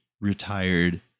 retired